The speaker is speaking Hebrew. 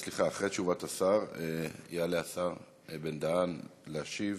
יעלה השר בן-דהן להשיב.